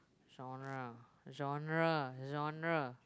shore lah shore lah shore lah